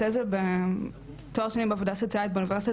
עושה תואר שני בעבודה סוציאלית באוניברסיטת